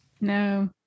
No